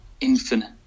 infinite